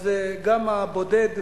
אז גם הבודד,